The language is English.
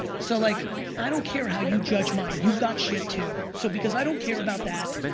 so like i don't care how you judge mine, you got shit too. so because i don't care about that,